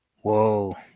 Whoa